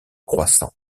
croissant